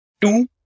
Two